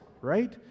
right